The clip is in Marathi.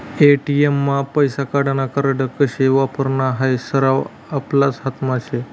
ए.टी.एम मा पैसा काढानं कार्ड कशे वापरानं हायी सरवं आपलाच हातमा शे